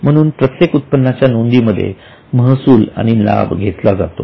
म्हणून प्रत्येक उत्पन्नाच्या नोंदीमध्ये महसूल आणि लाभ घेतला जातो